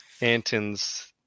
Anton's